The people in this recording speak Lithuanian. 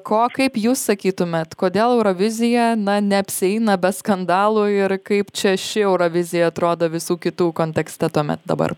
ko kaip jūs sakytumėt kodėl eurovizija na neapsieina be skandalų ir kaip čia ši eurovizija atrodo visų kitų kontekste tuomet dabar